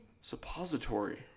suppository